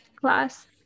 class